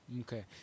Okay